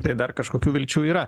tai dar kažkokių vilčių yra